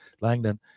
Langdon